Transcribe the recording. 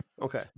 okay